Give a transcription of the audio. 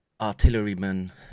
artilleryman